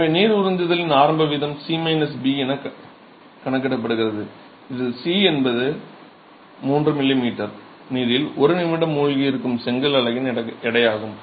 எனவே நீர் உறிஞ்சுதலின் ஆரம்ப வீதம் C B என கணக்கிடப்படுகிறது இதில் C என்பது 3 mm நீரில் 1 நிமிடம் மூழ்கியிருக்கும் செங்கல் அலகின் எடையாகும்